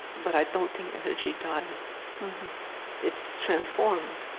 but i don't think energy dies it's transformed.